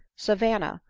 savanna,